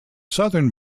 southern